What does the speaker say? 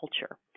culture